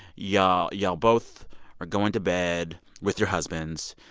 y'all y'all both are going to bed with your husbands.